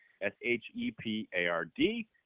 S-H-E-P-A-R-D